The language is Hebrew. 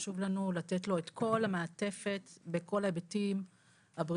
חשוב לנו לתת לו את כל המעטפת בכל ההיבטים הבריאותיים,